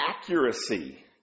accuracy